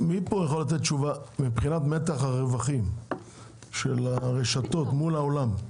מי פה יכול לתת תשובה מבחינת מתח הרווחים של הרשתות מול העולם?